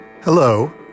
hello